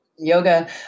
yoga